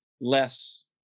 less